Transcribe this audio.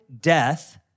death